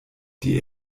die